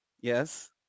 Yes